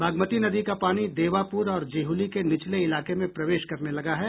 बागमती नदी का पानी देवापुर और जिहुली के निचले इलाके में प्रवेश करने लगा है